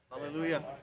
Hallelujah